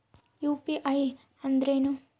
UPI ಅಂದ್ರೇನು?